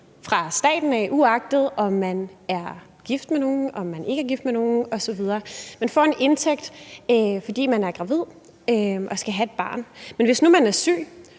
fra staten, uagtet om man er gift med nogen eller man ikke er gift med nogen osv. Man får en indtægt, fordi man er gravid og skal have et barn, men hvis nu man er syg